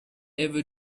ever